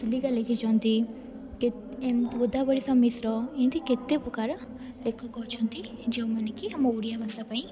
ଚିଲିକା ଲେଖିଛନ୍ତି କେତ ଏମତି ଗୋଦବରିଶ ମିଶ୍ର ଏନ୍ତି କେତେ ପ୍ରକାର ଲେଖକ ଅଛନ୍ତି ଯେଉଁମାନେ କି ଆମ ଓଡ଼ିଆ ଭାଷା ପାଇଁ